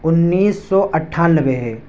انیس سو اٹھانوے ہے